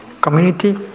community